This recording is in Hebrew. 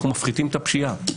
אנחנו מפחיתים את הפשיעה.